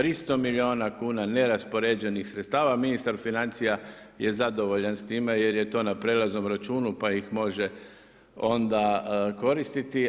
300 milijuna kn neraspoređenih sredstava, ministar financija je zadovoljan s time, jer je to na prelaznom računu, pa ih može onda koristit.